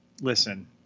listen